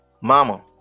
Mama